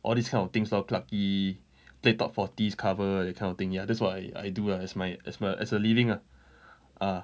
all these kind of things lor clarke quay play pub forties cover that kind of thing ya that's what I I do lah as my as my as a living ah